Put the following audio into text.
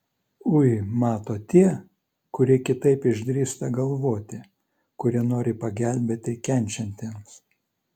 ui mato tie kurie kitaip išdrįsta galvoti kurie nori pagelbėti kenčiantiems